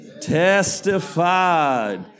testified